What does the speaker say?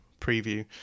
preview